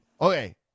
Okay